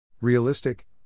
Realistic